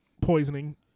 poisoning